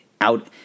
out